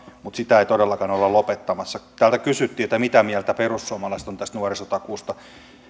mutta sitä ei todellakaan olla lopettamassa täällä kysyttiin mitä mieltä perussuomalaiset ovat tästä nuorisotakuusta